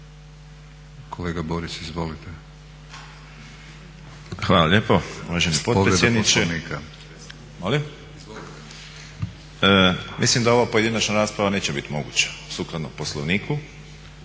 lijepo uvaženi potpredsjedniče. Mislim da ova pojedinačna rasprava neće biti moguća sukladno Poslovniku